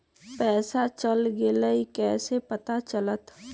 पैसा चल गयी कैसे पता चलत?